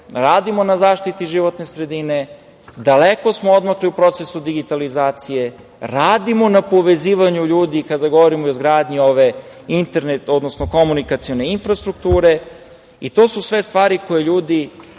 radimo na zaštiti životne sredine. Daleko smo odmakli u procesu digitalizacije, radimo na povezivanju ljudi kada govorimo o izgradnji ove internet, odnosno komunikacione infrastrukture i to su sve stvari koje ljudi